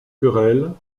querelles